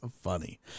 funny